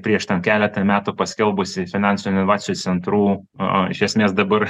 prieš keletą metų paskelbusi finansinių inovacijų centrų o iš esmės dabar